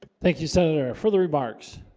but thank you senator for the remarks